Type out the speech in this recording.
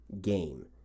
game